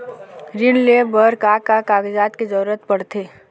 ऋण ले बर का का कागजात के जरूरत पड़थे?